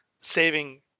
saving